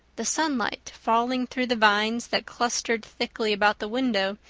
the sunlight, falling through the vines that clustered thickly about the window,